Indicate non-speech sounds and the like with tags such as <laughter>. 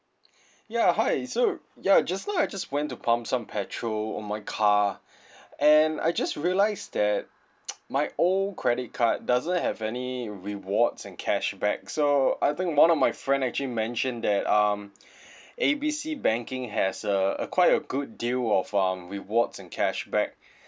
ya hi so ya just now I just went to pump some petrol on my car and I just realised that <noise> my old credit card doesn't have any rewards and cashback so I think one of my friend actually mentioned that um A B C banking has a a quite a good deal of um rewards and cashback